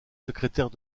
secrétaire